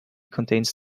contains